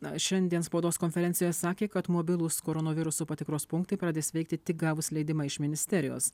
na šiandien spaudos konferencijoj sakė kad mobilūs koronoviruso patikros punktai pradės veikti tik gavus leidimą iš ministerijos